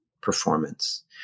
performance